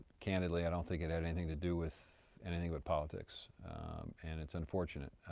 candidly i don't think it had anything to do with anything but politics and it's unfortunate.